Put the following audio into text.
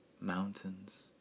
mountains